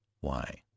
Why